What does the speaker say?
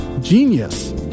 Genius